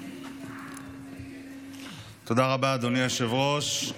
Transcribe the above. תודה רבה, אדוני היושב-ראש.